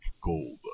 gold